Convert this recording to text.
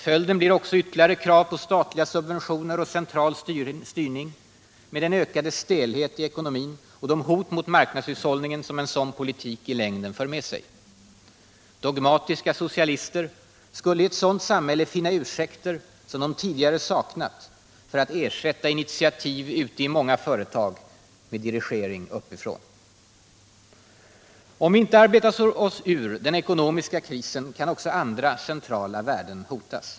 Följden blir också ytterligare krav på statliga subventioner och central styrning, med den ökade stelhet i ekonomin och de hot mot marknadshushållningen som en sådan politik i längden för med sig. Dogmatiska socialister skulle i ett sådant samhälle finna ursäkter som de tidigare saknat för att ersätta initiativ ute i många företag med dirigering uppifrån. Om vi inte arbetar oss ur den ekonomiska krisen kan också andra centrala värden hotas.